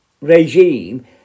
regime